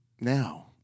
Now